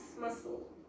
muscle